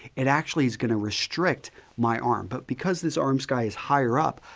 it actually is going to restrict my arm. but because this arm sky is higher up,